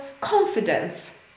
confidence